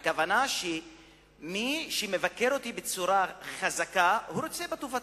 הכוונה היא שמי שמבקר אותי בצורה חזקה רוצה בטובתי,